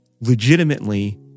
legitimately